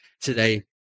today